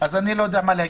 אני לא יודע מה להגיד.